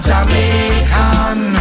Jamaican